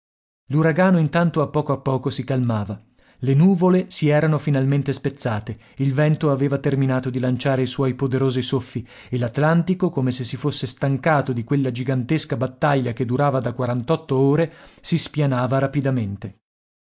l'uragano intanto a poco a poco si calmava le nuvole si erano finalmente spezzate il vento aveva terminato di lanciare i suoi poderosi soffi e l'atlantico come se si fosse stancato di quella gigantesca battaglia che durava da quarantotto ore si spianava rapidamente